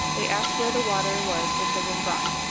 they asked where the water was which had been brought.